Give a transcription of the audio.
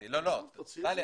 טלי,